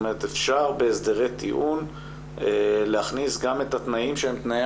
אפשר בהסדרי טיעון להכניס גם את התנאים שהם תנאי